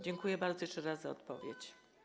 Dziękuję bardzo jeszcze raz za odpowiedź.